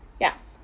Yes